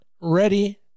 ready